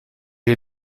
est